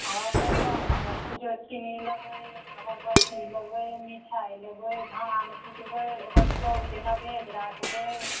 हाँ तऽ नहि सब किछो किनी लेबै अगरबत्ती लेबै मिठाइ लेबै धान कुटबे ओकर चाउरके नैवेद्य राखबै